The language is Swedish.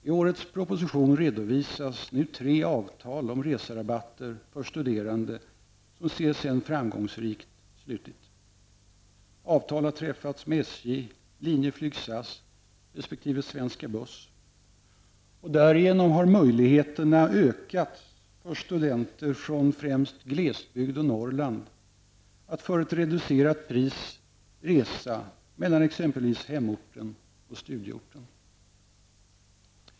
I årets proposition redovisas tre avtal om reserabatter för studerande som CSN framgångsrikt slutit. Avtal har träffats med SJ, Linjeflyg/SAS och Svenska Buss. Därigenom har möjligheterna ökat för studerande från glesbygd och Norrland att till ett reducerat pris resa exempelvis mellan hemorten och studieorten.